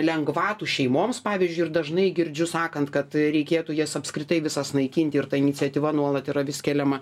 lengvatų šeimoms pavyzdžiui ir dažnai girdžiu sakant kad reikėtų jas apskritai visas naikinti ir ta iniciatyva nuolat yra vis keliama